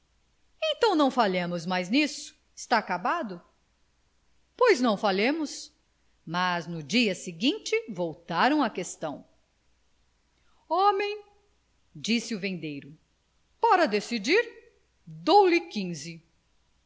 então não falemos mais nisso está acabado pois não falemos mas no dia seguinte voltaram à questão homem disse o vendeiro para decidir dou-lhe quinze